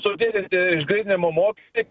sudidinti išgryninimo mokestį